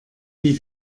wie